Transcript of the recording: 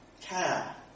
care